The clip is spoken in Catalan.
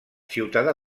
ciutadà